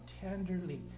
tenderly